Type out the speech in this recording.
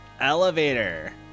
Elevator